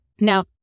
Now